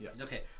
Okay